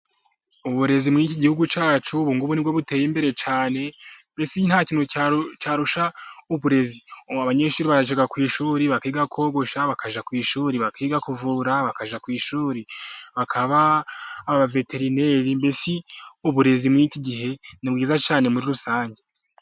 Uburezi mu iki gihugu cyacu ubu ngubu ni bwo buteye imbere cyane, mbese nta kintu cyarusha uburezi. Ubu abanyeshuri bajya ku ishuri bakiga kogosha, bakajya ku ishuri bakiga kuvura, bakajya ku ishuri bakaba abaveterineri. Mbese uburezi muri iki gihe ni bwiza cyane muri rusange.